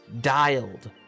dialed